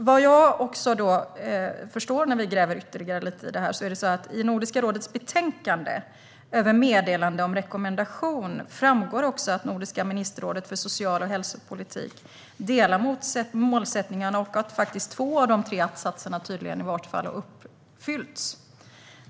Vad jag också förstår, när vi gräver lite ytterligare i detta, är att det i Nordiska rådets betänkande över meddelanden om rekommendationer också framgår att Nordiska ministerrådet för social och hälsopolitik delar målsättningarna och att faktiskt två av de tre att-satserna har uppfyllts.